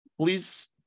please